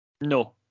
No